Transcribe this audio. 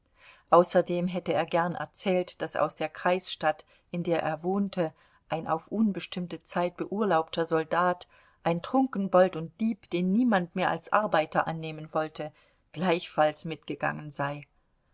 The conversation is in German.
außerdem hätte er gern erzählt daß aus der kreisstadt in der er wohnte ein auf unbestimmte zeit beurlaubter soldat ein trunkenbold und dieb den niemand mehr als arbeiter annehmen wollte gleichfalls mitgegangen sei